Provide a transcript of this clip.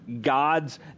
God's